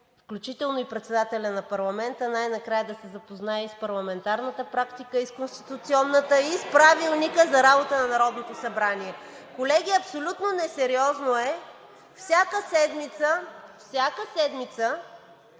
включително и председателят на парламента най-накрая да се запознае и с парламентарната практика, и с конституционната (оживление и възгласи от ИТН: „Еее!“), и с Правилника за работа на Народното събрание. Колеги, абсолютно несериозно е всяка седмица, всяка седмица